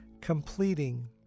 completing